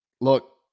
Look